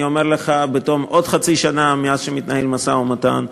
אני אומר לך בתום עוד חצי שנה מאז מתנהל משא-ומתן.